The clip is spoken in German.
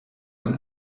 ein